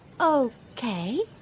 Okay